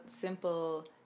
simple